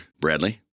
Bradley